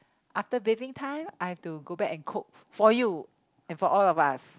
after bathing time I have to go back and cook for you and for all of us